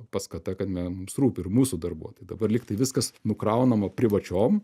paskata kad na mums rūpi ir mūsų darbuotojai dabar lygtai viskas nukraunama privačiom